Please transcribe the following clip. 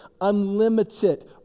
unlimited